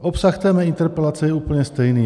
Obsah té mé interpelace je úplně stejný.